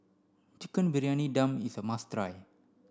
Chicken Briyani Dum is a must try